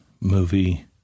movie